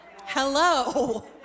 Hello